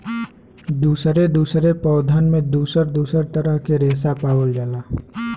दुसरे दुसरे पौधन में दुसर दुसर तरह के रेसा पावल जाला